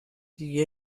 دیگه